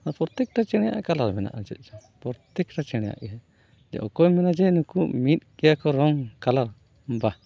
ᱟᱨ ᱯᱨᱚᱛᱛᱮᱠᱴᱟ ᱪᱮᱬᱮᱭᱟᱜ ᱠᱟᱞᱟᱨ ᱢᱮᱱᱟᱜᱼᱟ ᱪᱮᱫ ᱪᱚᱝ ᱯᱨᱚᱛᱛᱮᱠᱴᱟ ᱪᱮᱬᱮᱭᱟᱜ ᱜᱮ ᱡᱮ ᱚᱠᱚᱭᱮᱢ ᱢᱮᱱᱟ ᱡᱮ ᱢᱤᱫ ᱜᱮᱭᱟ ᱠᱚ ᱨᱚᱝ ᱠᱟᱞᱟᱨ ᱵᱟᱦ